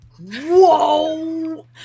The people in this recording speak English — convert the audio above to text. Whoa